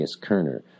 Kerner